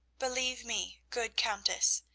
believe me, good countess,